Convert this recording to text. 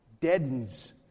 Deadens